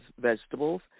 vegetables